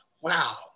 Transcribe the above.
Wow